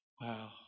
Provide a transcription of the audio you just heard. Wow